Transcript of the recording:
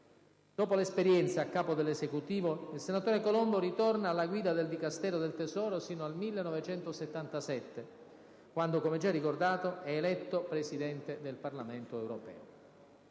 Dopo l'esperienza a capo dell'Esecutivo, il senatore Colombo ritorna alla guida del Dicastero del tesoro sino al 1977, quando - come già ricordato - è eletto Presidente del Parlamento europeo.